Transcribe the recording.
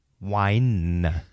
Wine